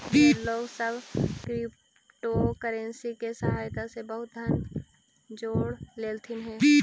ढेर लोग सब क्रिप्टोकरेंसी के सहायता से बहुत धन जोड़ लेलथिन हे